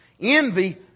Envy